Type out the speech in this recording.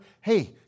Hey